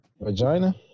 vagina